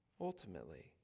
ultimately